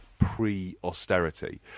pre-austerity